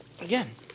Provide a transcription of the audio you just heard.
Again